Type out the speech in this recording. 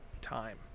time